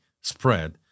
spread